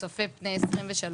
צופה פני 2023,